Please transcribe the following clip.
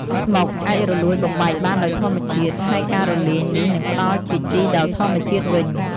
ស្មុកអាចរលួយបំបែកបានដោយធម្មជាតិ ហើយការរលាយនេះនឹងផ្តល់ជាជីដល់ធម្មជាតិវិញ។